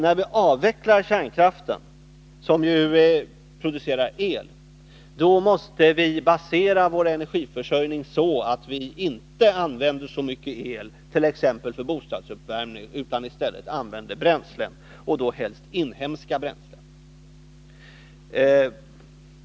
När vi avvecklar kärnkraftverken, som producerar el, är det givet att vi måste basera vår energiförsörjning så, att vi inte använder så mycket el för t.ex. bostadsuppvärmning utan i stället använder bränslen, och då helst inhemska sådana.